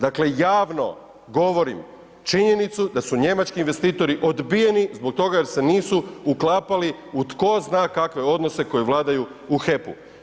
Dakle javno govorim činjenicu da su njemački investitori odbijeni zbog toga jer se nisu uklapali u tko zna kakve odnose koji vladaju u HEP-u.